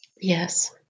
Yes